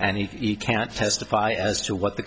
and he can't testify as to what the